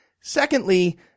Secondly